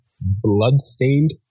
Bloodstained